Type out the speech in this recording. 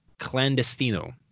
Clandestino